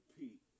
Repeat